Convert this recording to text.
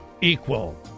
equal